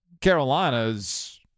Carolina's